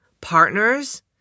partners